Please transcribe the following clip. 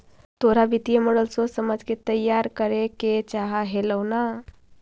तोरा वित्तीय मॉडल सोच समझ के तईयार करे के चाह हेलो न